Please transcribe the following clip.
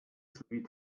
sowie